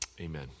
Amen